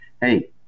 hey